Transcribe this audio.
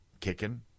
kicking